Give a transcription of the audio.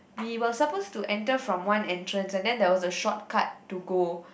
we were supposed to enter from one entrance and then there was a shortcut to go